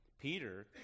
Peter